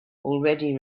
already